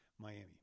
Miami